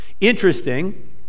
Interesting